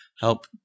help